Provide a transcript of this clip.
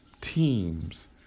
teams